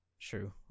true